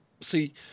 See